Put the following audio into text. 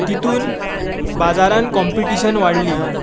तितूंत बाजारांत काॅम्पिटीशन वाडलीं